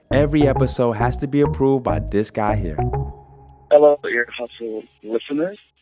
every episode has to be approved by this guy here hello, ear hustle listeners.